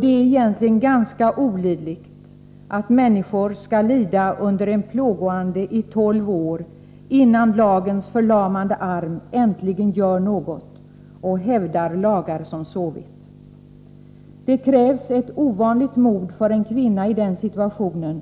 Det är egentligen skrämmande att en människa skall få lida under en plågoande i tolv år, innan det äntligen görs något och lagar som sovit hävdas. Det krävs ett ovanligt mod för en kvinna i den situationen,